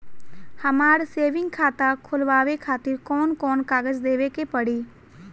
हमार सेविंग खाता खोलवावे खातिर कौन कौन कागज देवे के पड़ी?